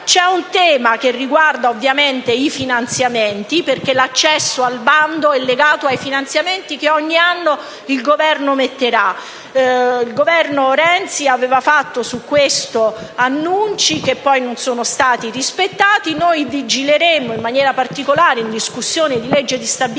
C'è un tema che riguarda ovviamente i finanziamenti, perché l'accesso al bando è legato ai finanziamenti che ogni anno il Governo stanzierà. Il Governo Renzi in merito aveva fatto degli annunci che poi non sono stati rispettati. Noi vigileremo, in maniera particolare in occasione della discussione